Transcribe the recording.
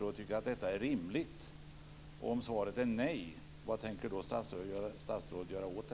Det är alltså en enorm skillnad.